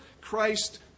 Christ